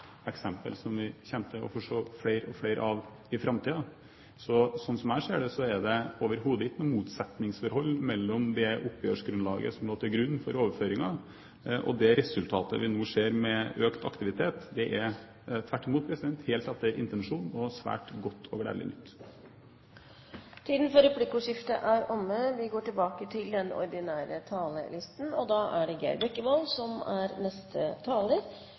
til å se flere og flere av i framtiden. Som jeg ser det, er det overhodet ikke noe motsetningsforhold mellom det oppgjørsgrunnlaget som lå til grunn for overføringene, og det resultatet vi nå ser med økt aktivitet. Det er tvert imot helt etter intensjonen og svært godt og gledelig nytt. Replikkordskiftet er omme. Kristelig Folkeparti legger til grunn at politiske beslutninger skal tas på lavest mulig hensiktsmessig nivå. Dette forutsetter at maktfordeling og finansiering er